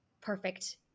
perfect